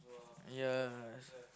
yeah